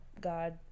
God